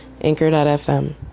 anchor.fm